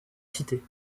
cité